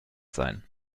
sein